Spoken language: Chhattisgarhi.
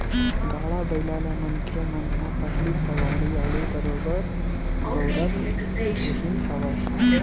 गाड़ा बइला ल मनखे मन ह पहिली सवारी गाड़ी बरोबर बउरत रिहिन हवय